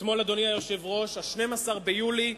אתמול, אדוני היושב-ראש, ב-12 ביולי,